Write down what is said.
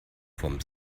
vom